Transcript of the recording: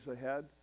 ahead